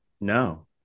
no